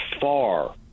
far